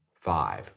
five